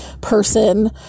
person